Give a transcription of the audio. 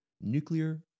nuclear